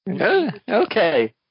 Okay